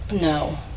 No